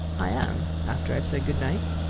i am, after i have said good night.